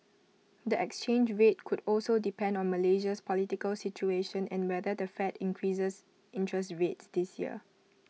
the exchange rate could also depend on Malaysia's political situation and whether the fed increases interest rates this year